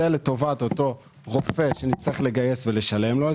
זה לטובת אותו רופא שנצטרך לגייס ולשלם לו,